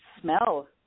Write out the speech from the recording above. smell